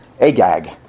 Agag